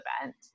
event